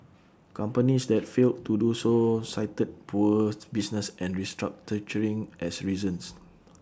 companies that failed to do so cited poor business and restructuring as reasons